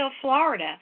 Florida